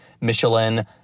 Michelin